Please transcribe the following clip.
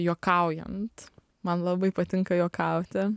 juokaujant man labai patinka juokauti